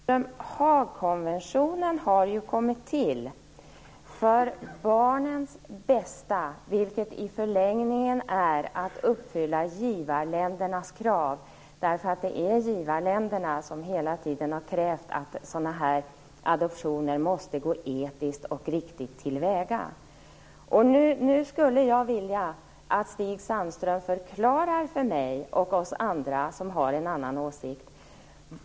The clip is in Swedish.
Fru talman! Stig Sandström! Haagkonventionen har ju kommit till för barnens bästa, vilket i förlängningen är att uppfylla givarländernas krav. Det är nämligen givarländerna som hela tiden har krävt att adoptionerna måste gå etiskt och riktigt till väga. Jag vill att Stig Sandström förklarar en sak för mig och för andra som har en annan åsikt.